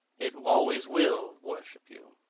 it always will worship you.